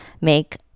make